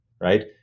Right